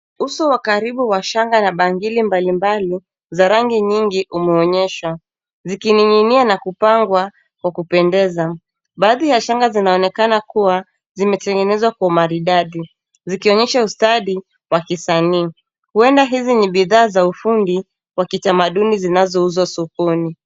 Uso wa karibu wa shanga za bangili mbalimbali, nyingi zikiwa zimeonyeshwa. Baadhi ya shanga zinaonekana kuwa na mapambo maridadi, zikionyesha ustadi wa kisanii. Hizi ni bidhaa za mapambo ya kitamaduni zinazouzwa sokoni.